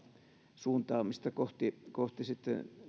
suuntaamista kohti kohti